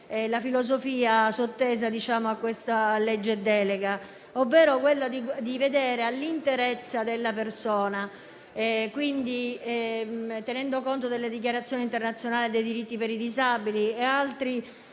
la filosofia sottesa a questo disegno di legge delega, ovvero quella di guardare all'interezza della persona, tenendo conto delle dichiarazioni internazionali dei diritti per i disabili e di altri